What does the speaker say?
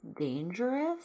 dangerous